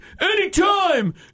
anytime